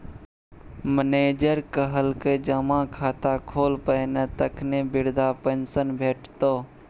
manager कहलकै जमा खाता खोल पहिने तखने बिरधा पेंशन भेटितौ